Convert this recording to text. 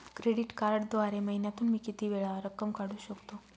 Credit कार्डद्वारे महिन्यातून मी किती वेळा रक्कम काढू शकतो?